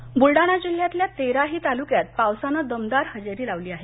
पाऊस बुलडाणा जिल्हयातल्या तेराही तालुक्यात पावसानं दमदार हजेरी लावली आहे